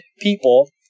people